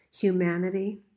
humanity